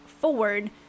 forward